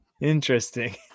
Interesting